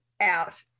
out